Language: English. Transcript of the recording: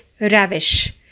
ravish